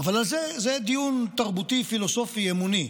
אבל זה דיון תרבותי, פילוסופי, אמוני.